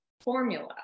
formula